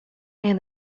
and